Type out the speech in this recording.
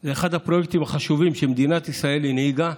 היא אחד הפרויקטים החשובים שמדינת ישראל הנהיגה: